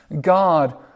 God